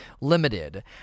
Limited